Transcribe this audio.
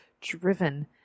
driven